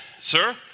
Sir